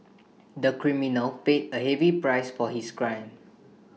the criminal paid A heavy price for his crime